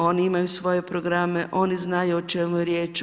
Oni imaju svoje programe, oni znaju o čemu je riječ.